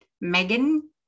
Megan